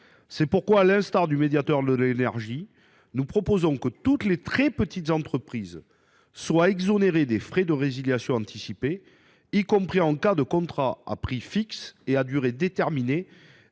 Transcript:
C’est pourquoi, à l’instar du médiateur national de l’énergie, nous proposons que toutes les très petites entreprises soient exonérées des frais de résiliation anticipés, y compris en cas de contrat à prix fixe et à durée déterminée,